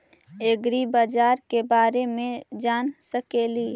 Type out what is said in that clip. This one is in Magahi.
ऐग्रिबाजार के बारे मे जान सकेली?